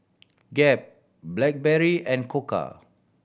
Gap Blackberry and Koka